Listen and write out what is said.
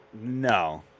No